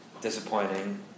Disappointing